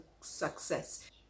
success